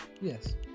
Yes